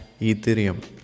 Ethereum